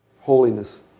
Holiness